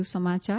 વધુ સમાચાર